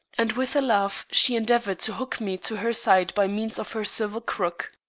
and with a laugh, she endeavored to hook me to her side by means of her silver crook.